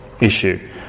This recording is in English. issue